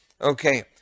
Okay